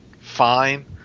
fine